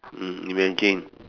mm imagine